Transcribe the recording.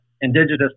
indigenous